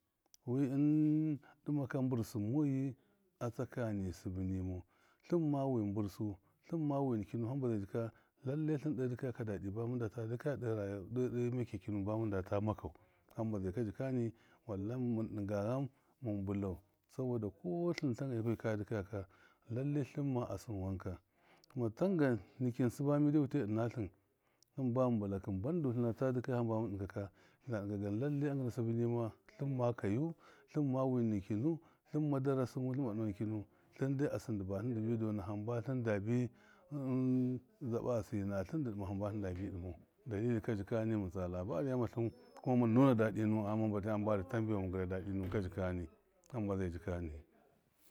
Wi ɨn dɨmaka mbɨrsɨ mɔyi a tsakani sɨbɨ nimau tlɨn ma wi mbɨrsu, tlɨnma wi nikisim hamba zai jika lallai tlɨn de kikaya ka d- dadɨ makyak nuwɨn ba mɨndata makau, hamba zai ka jikana wallahɨ mɨn dɨnga shani mɨn bilau, sabɔda kɔ tlɨn tamgan nikin jɨbɨ sib amide wutai ɨna tlɨn hamba mɨn bilakɨn kɨn baidu tlɨnata dɨkaya hamba mɨn dɨng ka tlɨna dɨngani lallai a ngina sɨbɨ nima tlɨmma kayu, tlɨmma wi nikinu tlinma dara sɨmu tlɨnma nikinu hɨnde a sɨn dɨ batlɨn dibi dɔna hamba a sɨn dɨ batlɨn dibi dɔna hamba tlɨndaɨ. dzaba asiri natlɨn dɨ dɨma hamba tlɨnda bi dimau dalili ka ikani mɨntsa labariya ghamatlɨn kuma nuna dadɨ nuwɨn a ghama hamba di tambe wan mɨn gɨra daɗi nawɨn hamba zai ka jikani.